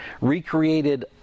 recreated